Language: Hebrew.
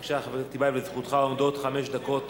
בבקשה, חבר הכנסת טיבייב, לזכותך עומדות חמש דקות